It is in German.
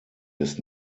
des